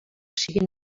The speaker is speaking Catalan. sigui